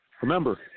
Remember